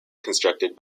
constructed